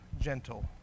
gentle